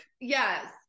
yes